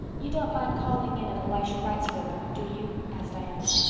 you don't mind calling in at elisha wright's for a moment, do you? asked diana.